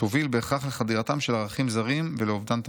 תוביל בהכרח לחדירתם של ערכים זרים ולאובדן תרבותי.